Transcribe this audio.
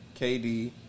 KD